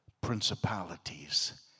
principalities